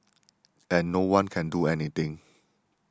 and no one can do anything